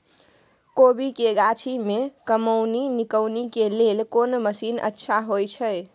कोबी के गाछी में कमोनी निकौनी के लेल कोन मसीन अच्छा होय छै?